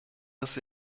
des